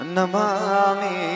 Namami